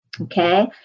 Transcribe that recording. okay